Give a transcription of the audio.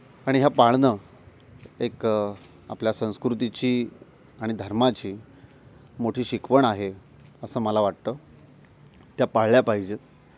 आणि ह्या पाळणं एक आपल्या संस्कृतीची आणि धर्माची मोठी शिकवण आहे असं मला वाटतं त्या पाळल्या पाहिजेत